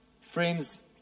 Friends